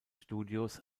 studios